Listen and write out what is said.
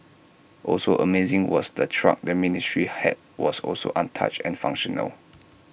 also amazing was the truck the ministry had was also untouched and functional